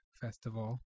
Festival